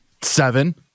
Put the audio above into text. Seven